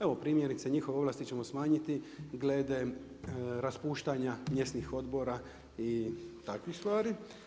Evo primjerice njihove ovlasti ćemo smanjiti glede raspuštanja mjesnih odbora i takvih stvari.